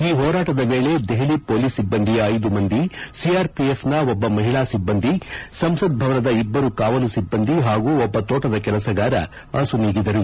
ಈ ಹೋರಾಟದ ವೇಳೆ ದೆಹಲಿ ಹೊಲೀಸ್ ಸಿಬ್ಬಂದಿಯ ಐದು ಮಂದಿ ಸಿಆರ್ಪಿಎಫ್ನ ಒಬ್ಬ ಮಹಿಳಾ ಸಿಬ್ಬಂದಿ ಸಂಸತ್ ಭವನದ ಇಬ್ಬರು ಕಾವಲು ಸಿಬ್ಬಂದಿ ಹಾಗೂ ಒಬ್ಬ ತೋಟದ ಕೆಲಸಗಾರ ಅಸುನೀಗಿದರು